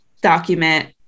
document